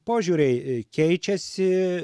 požiūriai keičiasi